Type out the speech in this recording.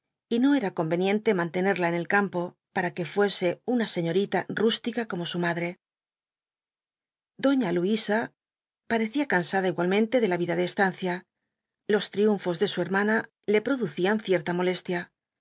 y no era conveniente mantenerla en el campo para que fuese una señorita rústica como su madre doña luisa parecía cansada igualmente de la vida de estancia los triunfos de su hermana le producían cierta molestia